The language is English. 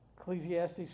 Ecclesiastes